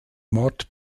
mord